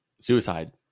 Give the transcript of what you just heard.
suicide